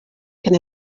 can